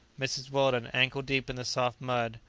mrs. weldon, ankle-deep in the soft mud,